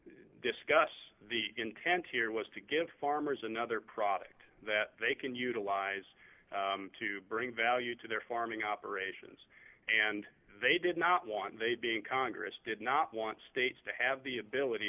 discuss the intent here was to give farmers another product that they can utilize to bring value to their farming operations and they did not want they being congress did not want states to have the ability